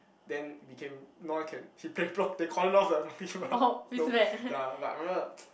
then it became no I can he play they cordoned off the Monkey Bar no ya but I remember